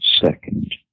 second